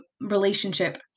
relationship